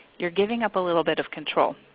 you're giving up a little bit of control.